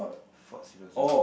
Fort Siloso